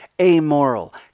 amoral